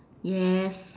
yes